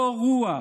קור רוח.